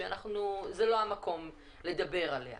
שזה לא המקום לדבר עליה,